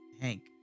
Hank